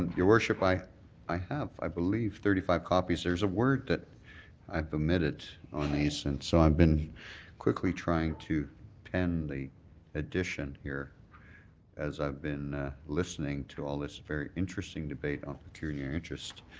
your worship, i i have, i believe, thirty five copies, there's a word that i've omitted on these and so i've been quickly trying to pen the addition here as i've been listening to all this very interesting debate on peculiarry interest.